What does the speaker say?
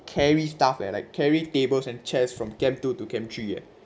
carry stuff eh like carry tables and chairs from camp two to camp three eh